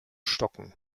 stocken